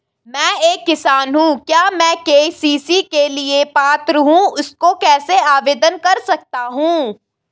मैं एक किसान हूँ क्या मैं के.सी.सी के लिए पात्र हूँ इसको कैसे आवेदन कर सकता हूँ?